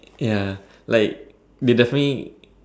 ya like they definitely